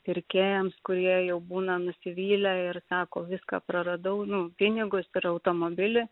pirkėjams kurie jau būna nusivylę ir sako viską praradau nu pinigus ir automobilį